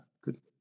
good